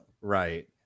right